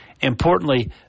Importantly